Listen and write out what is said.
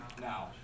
now